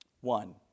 One